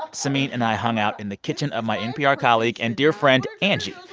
samin and i hung out in the kitchen of my npr colleague and dear friend angie.